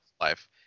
life